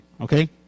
okay